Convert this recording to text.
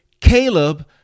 Caleb